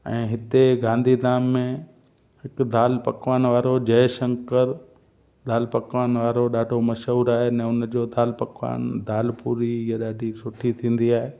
ऐं हिते गांधीधाम में हिकु दाल पकवान वारो जय शंकर दाल पकवान वारो ॾाढो मशहूरु आहे न हुन जो दाल पकवान दाल पूरी इहे ॾाढी सुठी थींदी आहे